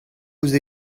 ouzh